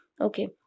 Okay